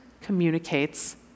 communicates